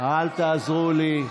אל תעזרו לי.